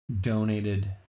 donated